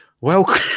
welcome